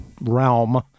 realm